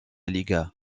liga